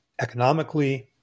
economically